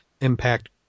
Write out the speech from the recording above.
impact